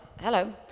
hello